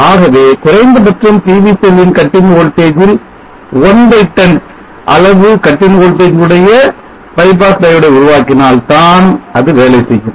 ஆகவே குறைந்தபட்சம் PV செல்லின் cut in voltage ல் 110 அளவு cut in voltage உடைய bypass diode ஐ உருவாக்கினால் தான் அது வேலை செய்யும்